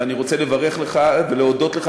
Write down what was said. ואני רוצה לברך אותך ולהודות לך,